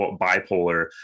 bipolar